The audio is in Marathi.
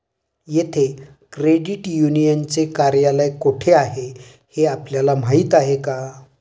येथे क्रेडिट युनियनचे कार्यालय कोठे आहे हे आपल्याला माहित आहे का?